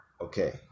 okay